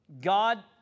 God